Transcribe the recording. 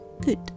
good